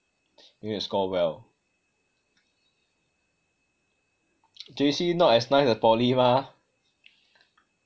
you need to score well J_C not as nice as poly mah